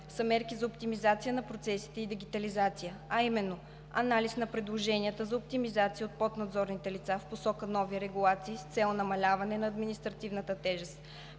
са мерките за оптимизация на процесите и дигитализация, а именно: - анализ на предложенията за оптимизация от поднадзорните лица в посока нови регулации с цел намаляване на административната тежест;